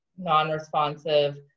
non-responsive